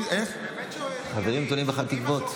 החברים תולים בך תקוות.